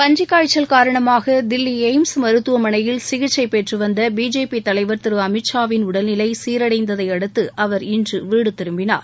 பன்றிக்காய்ச்சல் காரணமாக தில்லி எய்ம்ஸ் மருத்துவமனையில் சிகிச்சை பெற்று வந்த பிஜேபி தலைவர் திரு அமீத்ஷாவின் உடல்நிலை சீரடைந்ததையடுத்து அவர் இன்று வீடு திரும்பினார்